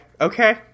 Okay